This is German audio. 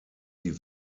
die